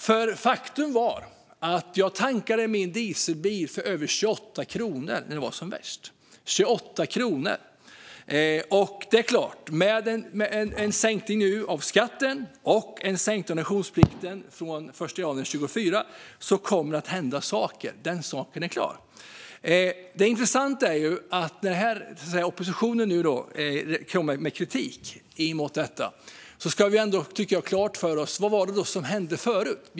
Faktum är nämligen att jag tankade min dieselbil för över 28 kronor litern när det var som värst. Med en sänkning av skatten nu och en sänkning av reduktionsplikten från den 1 januari 2024 kommer det att hända saker - den saken är klar. När oppositionen nu kommer med kritik mot detta tycker jag att vi ska ha klart för oss vad det var som hände förut.